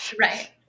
Right